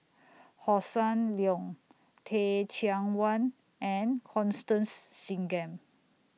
Hossan Leong Teh Cheang Wan and Constance Singam